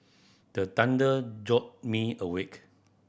the thunder jolt me awake